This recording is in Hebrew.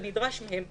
כנדרש מהם.